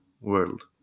world